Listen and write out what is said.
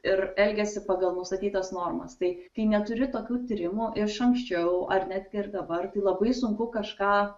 ir elgiasi pagal nustatytas normas tai kai neturi tokių tyrimų iš anksčiau ar netgi ir dabar labai sunku kažką